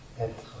Être